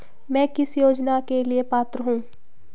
मैं किस योजना के लिए पात्र हूँ?